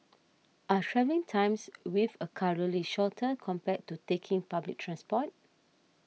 are travelling times with a car really shorter compared to taking public transport